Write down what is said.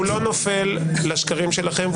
-- הוא לא נופל לשקרים שלכם,